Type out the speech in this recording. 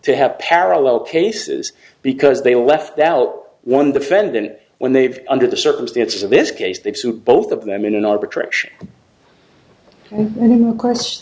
to have parallel cases because they left out one defendant when they have under the circumstances of this case they suit both of them in an arbitration of course